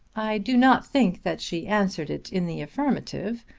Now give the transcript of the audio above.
i do not think that she answered it in the affirmative,